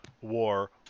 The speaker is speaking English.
war